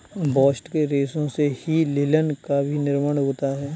bast के रेशों से ही लिनन का भी निर्माण होता है